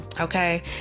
Okay